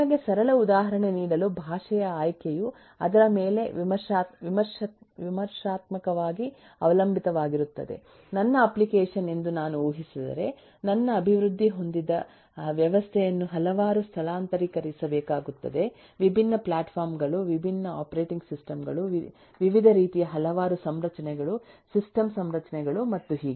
ನಿಮಗೆ ಸರಳ ಉದಾಹರಣೆ ನೀಡಲು ಭಾಷೆಯ ಆಯ್ಕೆಯು ಅದರ ಮೇಲೆ ವಿಮರ್ಶಾತ್ಮಕವಾಗಿ ಅವಲಂಬಿತವಾಗಿರುತ್ತದೆ ನನ್ನ ಅಪ್ಲಿಕೇಶನ್ ಎಂದು ನಾನು ಊಹಿಸಿದರೆ ನನ್ನ ಅಭಿವೃದ್ಧಿ ಹೊಂದಿದ ವ್ಯವಸ್ಥೆಯನ್ನು ಹಲವಾರು ಸ್ಥಳಾಂತರಿಸಬೇಕಾಗುತ್ತದೆ ವಿಭಿನ್ನ ಪ್ಲಾಟ್ಫಾರ್ಮ್ ಗಳು ವಿಭಿನ್ನ ಆಪರೇಟಿಂಗ್ ಸಿಸ್ಟಂ ಗಳು ವಿವಿಧ ರೀತಿಯ ಹಲವಾರು ಸಂರಚನೆಗಳು ಸಿಸ್ಟಮ್ ಸಂರಚನೆಗಳು ಮತ್ತು ಹೀಗೆ